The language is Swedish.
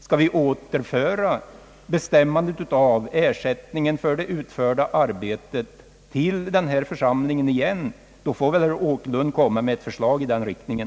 Skall vi då åter föra bestämmandet av ersättningen för utfört arbete till den här församlingen igen, får väl herr Åkerlund komma med ett förslag i den riktningen.